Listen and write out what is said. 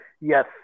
Yes